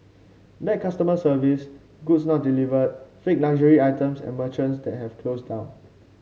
bad customer service goods not delivered fake luxury items and merchants that have closed down